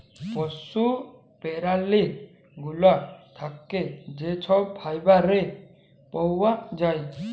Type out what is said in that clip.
পশু প্যারালি গুলা থ্যাকে যে ছব ফাইবার পাউয়া যায়